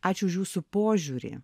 ačiū už jūsų požiūrį